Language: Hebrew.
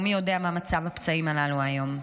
ומי יודע מה מצב הפצעים הללו היום.